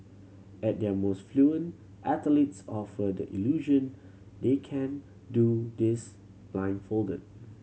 at their most fluent athletes offer the illusion they can do this blindfolded